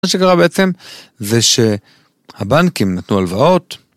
מה שקרה בעצם זה שהבנקים נתנו הלוואות.